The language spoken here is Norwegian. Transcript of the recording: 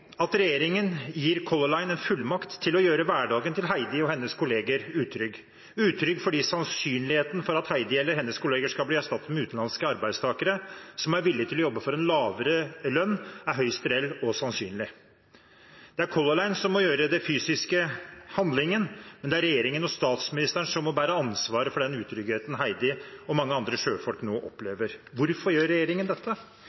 at regjeringen gir Color Line en fullmakt til å gjøre hverdagen til Heidi og hennes kolleger utrygg, utrygg fordi sannsynligheten for at Heidi eller hennes kolleger skal bli erstattet med utenlandske arbeidstakere som er villig til å jobbe for en lavere lønn, er høyst reell og sannsynlig. Det er Color Line som må gjøre den fysiske handlingen, men det er regjeringen og statsministeren som må bære ansvaret for den utryggheten Heidi og mange andre sjøfolk nå opplever. Hvorfor gjør regjeringen dette?